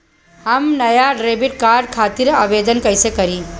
हम नया debit card खातिर आवेदन कईसे करी?